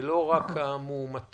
ולא רק המאומתים.